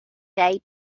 day